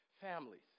families